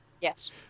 Yes